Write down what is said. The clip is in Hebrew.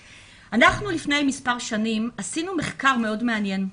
לפני מספר שנים עשינו מחקר מאוד מעניין.